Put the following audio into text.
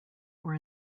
were